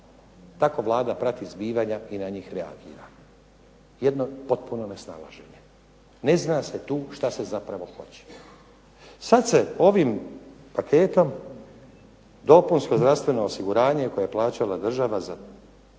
Tako Vlada prati zbivanja i na njih reagira. Jedno potpuno nesnalaženje. Ne zna se tu što se zapravo hoće. Sad se ovim paketom dopunsko zdravstveno osiguranje koje je plaćala država ukida